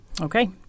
Okay